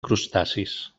crustacis